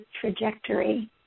trajectory